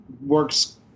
works